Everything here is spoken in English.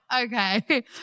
okay